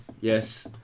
Yes